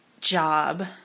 job